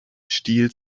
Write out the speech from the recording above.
stil